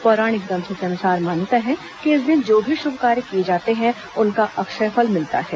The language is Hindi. पौराणिक ग्रंथों के अनुसार मान्यता है कि इस दिन जो भी शुभ कार्य किये जाते हैं उनका अक्षय फल मिलता है